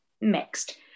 mixed